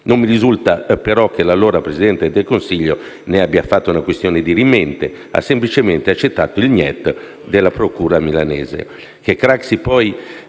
Non mi risulta però che l'allora presidente del Consiglio ne abbia fatto una questione dirimente. Ha semplicemente accettato il *niet* della procura milanese.